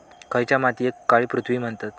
खयच्या मातीयेक काळी पृथ्वी म्हणतत?